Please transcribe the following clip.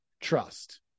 trust